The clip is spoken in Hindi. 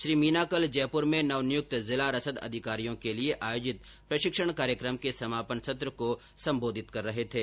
श्री मीना कल जयपुर में नवनियुक्त जिला रसद अंधिकारियों के लिए आयोजित प्रशिक्षण कार्यक्रम के समापन सत्र को संबोधित कर रहे थे